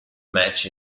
match